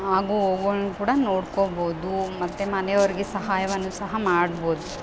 ಆಗು ಹೋಗುಗಳ್ನ ಕೂಡ ನೋಡ್ಕೊಬೌದು ಮತ್ತು ಮನೆಯವ್ರಿಗೆ ಸಹಾಯವನ್ನು ಸಹ ಮಾಡ್ಬೋದು